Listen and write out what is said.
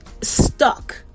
stuck